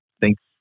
thanks